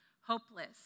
Hopeless